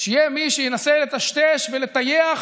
שיהיה מי שינסה לטשטש ולטייח